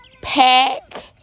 pack